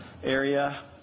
Area